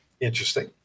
Interesting